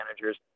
managers